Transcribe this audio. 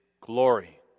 glory